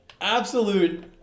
absolute